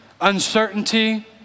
uncertainty